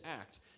act